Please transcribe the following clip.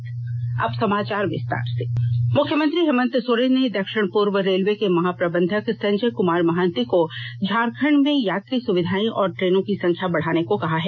हेमंत सोरेन मुख्यमंत्री हेमंत सोरेन ने दक्षिण पूर्व रेलवे के महाप्रबंधक संजय कमार महांति को झारखंड में यात्री सुविधाएं और ट्रेनों की संख्या बढ़ाने को कहा है